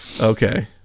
Okay